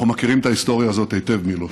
אנחנו מכירים את ההיסטוריה הזאת היטב, מילוש.